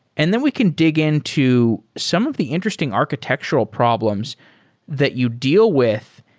and then we can dig into some of the interesting architectural problems that you deal with